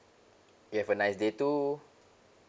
you have a nice day too